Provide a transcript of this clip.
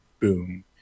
boom